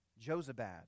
Josabad